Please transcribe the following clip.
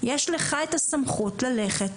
יש לך את הסמכות ללכת,